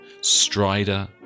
Strider